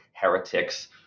heretics